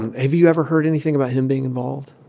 and have you ever heard anything about him being involved?